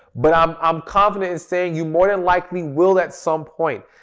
but i'm um confidently saying you more than likely will at some point.